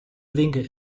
winkel